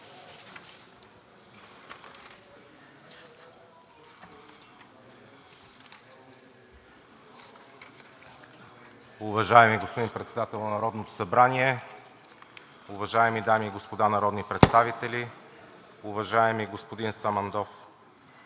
уважаеми господин Председател на Народното събрание. Уважаеми дами и господа народни представители! Уважаеми господин Самандов,